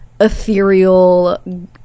ethereal